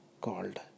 called